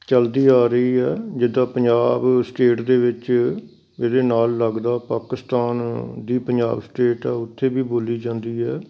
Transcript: ਚਲਦੀ ਆ ਰਹੀ ਹੈ ਜਿੱਦਾਂ ਪੰਜਾਬ ਸਟੇਟ ਦੇ ਵਿੱਚ ਇਹਦੇ ਨਾਲ ਲੱਗਦਾ ਪਾਕਿਸਤਾਨ ਦੀ ਪੰਜਾਬ ਸਟੇਟ ਆ ਉੱਥੇ ਵੀ ਬੋਲੀ ਜਾਂਦੀ ਹੈ